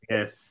Yes